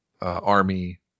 army